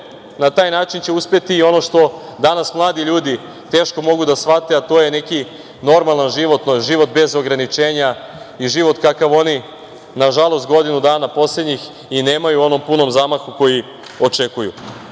na taj način će uspeti i ono što mladi ljudi teško mogu da shvate, a to je neki normalan život, život bez ograničenja i život kakav oni, nažalost, poslednjih godinu dana i nemaju u onom punom zamahu koji očekuju,